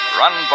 run